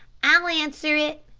i'll answer it,